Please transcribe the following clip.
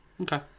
Okay